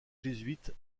jésuite